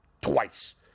twice